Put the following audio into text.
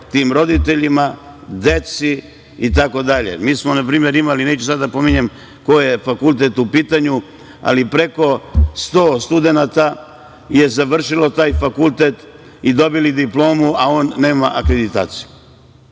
Tim roditeljima, deci itd. Mi smo, na primer, imali, neću sad da pominjem koji je fakultet u pitanju, ali preko 100 studenata je završilo taj fakultet i dobili diplomu, a on nema akreditaciju,